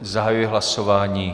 Zahajuji hlasování.